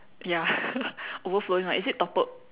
ya overflowing right is it toppled